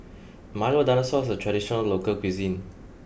Milo Dinosaur is a traditional local cuisine